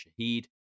Shahid